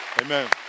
Amen